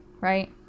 right